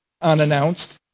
unannounced